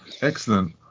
excellent